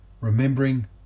remembering